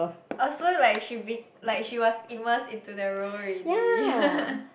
oh so like she be~ like she was immersed into the role already